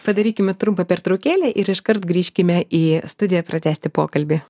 padarykime trumpą pertraukėlę ir iškart grįžkime į studiją pratęsti pokalbį